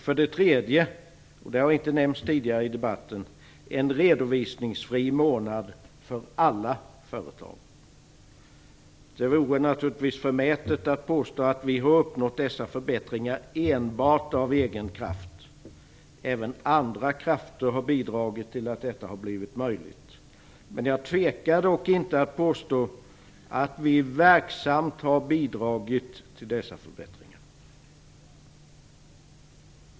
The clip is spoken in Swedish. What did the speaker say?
För det tredje är det - något som tidigare inte nämnts i debatten - en redovisningsfri månad för alla företag. Det vore naturligtvis förmätet att påstå att vi har uppnått dessa förbättringar enbart av egen kraft. Även andra krafter har bidragit till att detta har blivit möjligt. Men jag tvekar dock inte inför påståendet att vi verksamt har bidragit till dessa förbättringar.